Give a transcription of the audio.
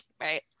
right